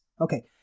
Okay